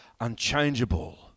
unchangeable